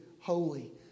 holy